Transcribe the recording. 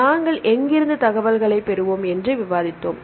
நாங்கள் எங்கிருந்து தகவல்களைப் பெறுவோம் என்று விவாதித்தோம்